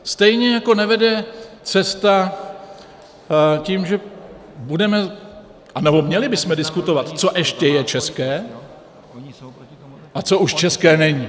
Stejně jako nevede cesta tím, že budeme, anebo měli bychom diskutovat, co ještě je české a co už české není.